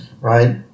right